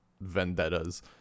vendettas